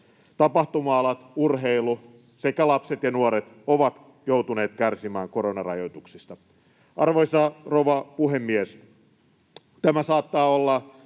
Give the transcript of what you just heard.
tapahtuma-alat, urheilu sekä lapset ja nuoret ovat joutuneet kärsimään koronarajoituksista. Arvoisa rouva puhemies! Tämä saattaa olla